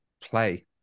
play